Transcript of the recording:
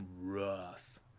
rough